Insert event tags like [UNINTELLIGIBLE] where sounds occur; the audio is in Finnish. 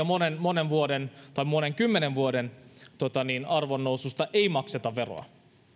[UNINTELLIGIBLE] monen monen vuoden tai monen kymmenen vuoden arvonnoususta ei makseta veroa